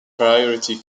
priority